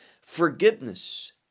forgiveness